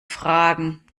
fragen